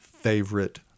favorite